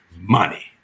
Money